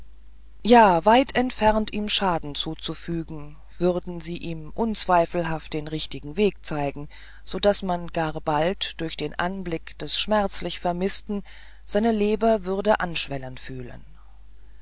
ja weit entfernt ihm schaden zuzufügen würden sie ihm unzweifelhaft den richtigen weg zeigen so daß man gar bald durch den anblick des schmerzlich vermißten seine leber würde anschwellen fühlen